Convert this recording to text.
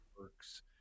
works